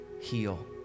Heal